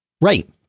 Right